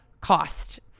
cost